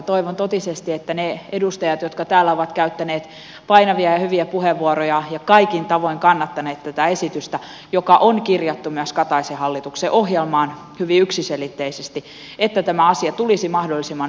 toivon totisesti kun edustajat täällä ovat käyttäneet painavia ja hyviä puheenvuoroja ja kaikin tavoin kannattaneet tätä esitystä joka on kirjattu myös kataisen hallituksen ohjelmaan hyvin yksiselitteisesti että tämä asia tulisi mahdollisimman nopeasti päätökseen